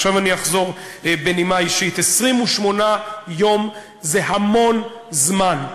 עכשיו אני אחזור בנימה אישית: 28 יום זה המון זמן,